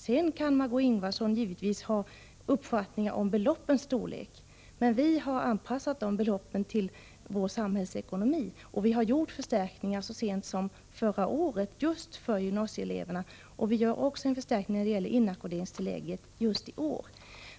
Sedan kan Margö Ingvardsson givetvis ha uppfattningar om beloppens storlek, men vi har anpassat beloppen till samhällsekonomin, och vi har gjort förstärkningar så sent som förra året just för gymnasieeleverna. Vi gör också en förstärkning när det gäller inackorderingstillägget i år.